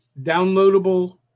downloadable